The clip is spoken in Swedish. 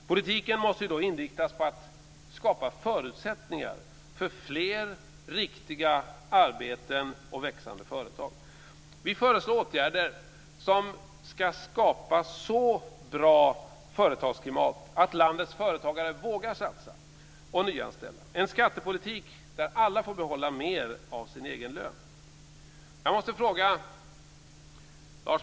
Politiken måste då inriktas på att skapa förutsättningar för fler riktiga arbeten och växande företag. Vi föreslår åtgärder som ska skapa ett så bra företagsklimat att landets företagare vågar satsa och nyanställa, en skattepolitik där alla får behålla mer av sin egen lön.